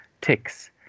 ticks